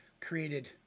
created